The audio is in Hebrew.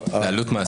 כולל עלות מעסיק.